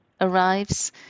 arrives